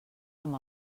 amb